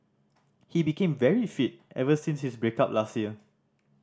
he became very fit ever since his break up last year